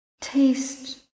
taste